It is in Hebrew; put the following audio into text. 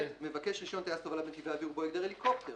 מבקש רישיון טייס תובלה בנתיבי אוויר ובו הגדר אווירון